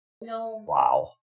Wow